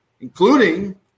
including